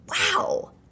wow